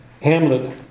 Hamlet